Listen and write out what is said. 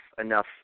enough